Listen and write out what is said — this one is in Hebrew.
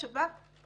השב"כ,